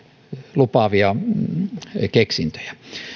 lupaavia keksintöjä